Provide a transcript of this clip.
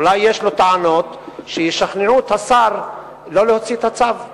אולי יש לו טענות שישכנעו את השר לא להוציא את הצו.